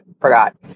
forgot